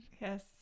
Yes